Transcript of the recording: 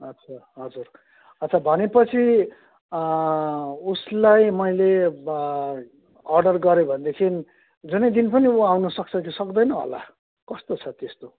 अच्छा हजुर अच्छा भनेपछि उसलाई मैले अर्डर गरेँ भनेदेखि जुनै दिन पनि उ आउनु सक्छ कि सक्दैन होला कस्तो छ त्यस्तो